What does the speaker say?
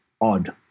odd